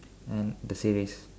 and the series